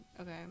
Okay